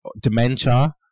dementia